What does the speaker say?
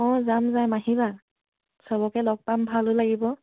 অঁ যাম যাম আহিবা চবকে লগ পাম ভালো লাগিব